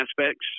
aspects